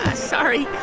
ah sorry.